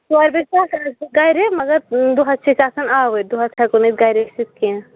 ژورِ بَجہِ پتھ آسہٕ بہٕ گَرِ مگر دۄہَس چھِ آسان أسۍ آوُر اَوے دۄہَس ہٮ۪کو نہٕ أسۍ گَرِ ٲسِتھ کیٚنٛہہ